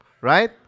right